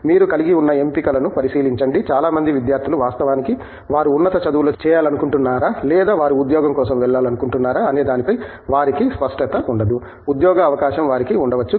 మీరు కలిగి ఉన్న ఎంపికలను పరిశీలించండి చాలా మంది విద్యార్థులు వాస్తవానికి వారు ఉన్నత చదువులు చేయాలనుకుంటున్నారా లేదా వారు ఉద్యోగం కోసం వెళ్లాలనుకుంటున్నారా అనే దాని పై వారికి స్పష్టత ఉండదు ఉద్యోగ అవకాశం వారికి ఉండవచ్చు